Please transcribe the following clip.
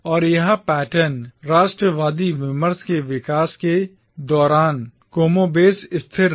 और यह पैटर्न राष्ट्रवादी विमर्श के विकास के दौरान कमोबेश स्थिर रहा